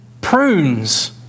prunes